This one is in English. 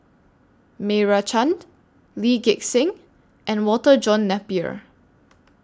Meira Chand Lee Gek Seng and Walter John Napier